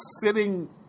sitting